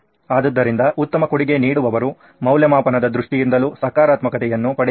ಆದ್ದರಿಂದ ಉತ್ತಮ ಕೊಡುಗೆ ನೀಡುವವರು ಮೌಲ್ಯಮಾಪನದ ದೃಷ್ಟಿಯಿಂದಲೂ ಸಕಾರಾತ್ಮಕತೆಯನ್ನು ಪಡೆಯಬಹುದು